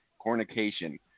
Cornication